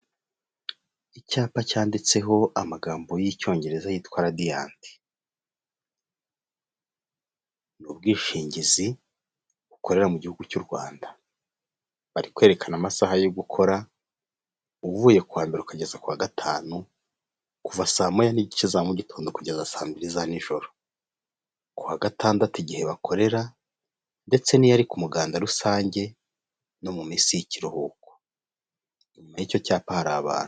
Icyapa cyanditseho amagambo y'icyongereza yitwa Radiant. Ni ubwishingizi bukorera mu Gihugu cy'u Rwanda. Bari kwerekana amasaha yo gukora, uvuye ku wa mbere ukageza ku wa gatanu, kuva saa moya n'igice za mu gitondo kugeza saa mbiri za nijoro. Ku wa gatandatu igihe bakorera ndetse n'iyo ari ku muganda rusange no mu minsi y'ikiruhuko. Inyuma y'icyo cyapa hari abantu.